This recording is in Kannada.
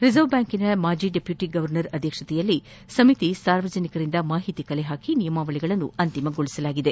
ರಿಸರ್ವ್ ಬ್ಯಾಂಕಿನ ಮಾಜಿ ಡೆಪ್ಯುಟಿ ಗೌರ್ನರ್ ಅಧ್ಯಕ್ಷತೆಯಲ್ಲಿ ಸಮಿತಿ ಸಾರ್ವಜನಿಕರಿಂದ ಮಾಹಿತಿ ಸಂಗ್ರಹಿಸಿ ನಿಯಮಾವಳಿಗಳನ್ನು ಅಂತಿಮ ಗೊಳಿಸಿದೆ